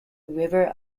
river